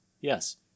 yes